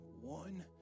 one